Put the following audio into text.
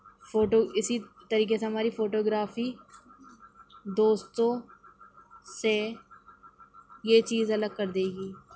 photo اِسی طریقے سے ہماری فوٹو گرافی دوستوں سے یہ چیز الگ کر دے گی